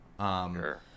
Sure